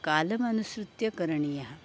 कालमनुसृत्य करणीयः